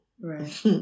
Right